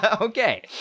Okay